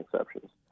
exceptions